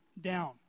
down